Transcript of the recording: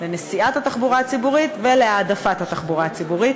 לנסיעת התחבורה הציבורית ולהעדפת התחבורה הציבורית.